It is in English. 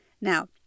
Now